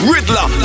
Riddler